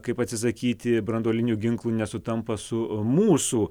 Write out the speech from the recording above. kaip atsisakyti branduolinių ginklų nesutampa su mūsų